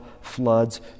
floods